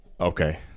Okay